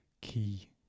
key